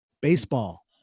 Baseball